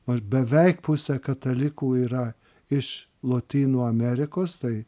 nors beveik pusė katalikų yra iš lotynų amerikos tai